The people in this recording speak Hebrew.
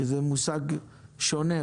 שזה מושג שונה.